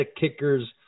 kickers